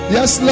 Yes